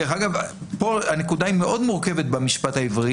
כאן הנקודה היא מאוד מורכבת במשפט העברי